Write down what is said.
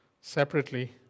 separately